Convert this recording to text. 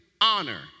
honor